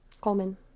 Coleman